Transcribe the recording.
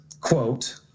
quote